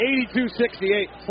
82-68